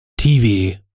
TV